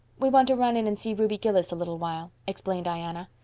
we want to run in and see ruby gillis a little while, explained diana.